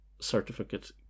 certificate